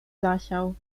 zasiał